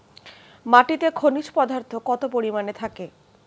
মাটিতে খনিজ পদার্থ কত পরিমাণে থাকে?